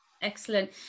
Excellent